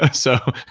ah so,